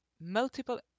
multiple